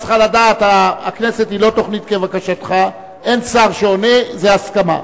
33 בעד, אין מתנגדים, אין נמנעים.